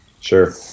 Sure